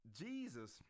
Jesus